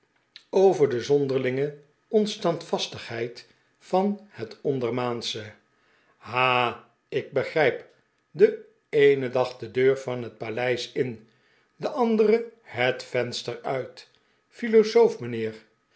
lwp de bereisde vreemdeling zonderlinge onstandvastigheid van net ondefmaansche ha ik begrijp den eenen dag de deur van net paleis in den anderen het venster uit philosoof mijnheer